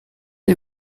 les